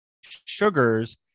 sugars